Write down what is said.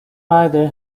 either